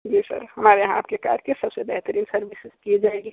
जी sir हमारे यहाँ आपकी कार की सबसे बेहतरीन सर्विस की जाएगी